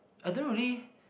I don't really